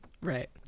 right